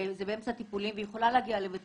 והיא באמצע טיפולים והיא יכולה להגיע לבית